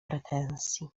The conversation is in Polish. pretensji